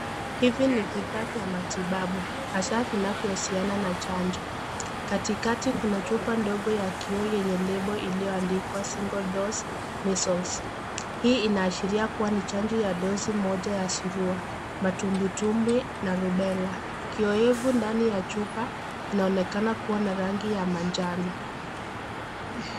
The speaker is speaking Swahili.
Hivi ni vifaa vya matibabu hasa vinavyo husiana na chanjo. Katikati kuna chupa ndogo ya kioo yenye lebo iliyoandikwa single dose measles. Hii inaashiriaa kuwa ni chanjo ya dosi moja ya surua. Matumbitumbi na rubella. Kioyefu ndani ya chupa inaonekana kuwa na rangi ya manjano.